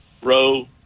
Row